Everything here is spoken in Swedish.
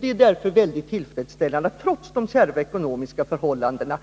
Det är därför mycket tillfredsställande att, trots de kärva ekonomiska förhållandena,